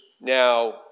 now